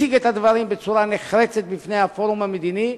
ומציג את הדברים בצורה נחרצת בפני הפורום המדיני,